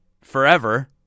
forever